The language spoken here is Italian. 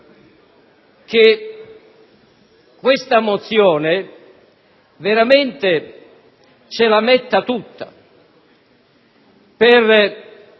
che questa mozione veramente ce la metta tutta per